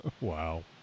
Wow